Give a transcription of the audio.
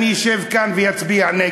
אם זה ככה, אני אמשיך להיות ראש הממשלה.